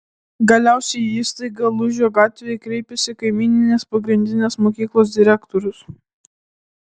galiausiai į įstaigą lūžio gatvėje kreipiasi kaimyninės pagrindinės mokyklos direktorius